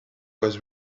was